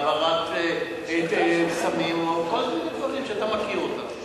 להעברת סמים או כל מיני דברים שאתה מכיר אותם.